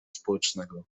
społecznego